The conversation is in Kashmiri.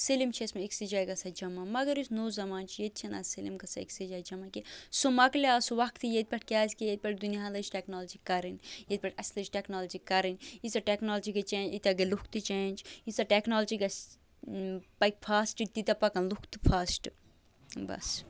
سٲلِم چھِ ٲسمٕتۍ أکسٕے جایہِ گَژھان جع مگر یُس نوٚو زمانہٕ چھُ ییٚتہِ چھِنہٕ اَز سٲلِم گَژھان أکسٕے جایہِ جمع کیٚنٛہہ سُہ مۄکلیو سُہ وقتٕے ییٚتہِ پٮ۪ٹھ کیٛازِ کہِ ییٚتہِ پٮ۪ٹھ دُنیاہ لٔج ٹٮ۪کالجی کَرٕنۍ ییٚتہِ پٮ۪ٹھ اَسہِ لٲج ٹٮ۪کنالجی کَرٕنۍ ییٖژاہ ٹٮ۪کنالجی گٔے چینج تیٖتیٛاہ گٔے لُکھ تہِ چینج ییٖژاہ ٹٮ۪کنالجی گَژھِ پَکہِ فاسٹ تیٖتیٛاہ پَکَن لُکھ تہِ فاسٹہٕ بَس